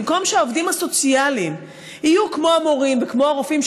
במקום שהעובדים הסוציאליים יהיו כמו המורים וכמו הרופאים,